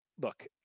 look